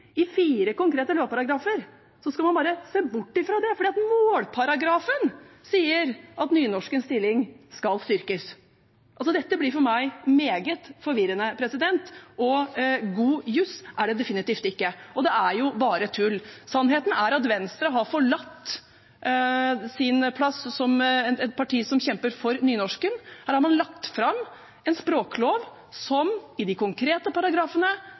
i fire konkrete lovparagrafer, skal man bare se bort fra det, fordi målparagrafen sier at nynorskens stilling skal styrkes. Dette blir for meg meget forvirrende. God juss er det definitivt ikke, og det er jo bare tull. Sannheten er at Venstre har forlatt sin plass som et parti som kjemper for nynorsken. Her har man lagt fram en språklov som i de konkrete paragrafene